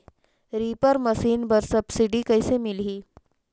Reaper machine बर subsidy कइसे मिलही?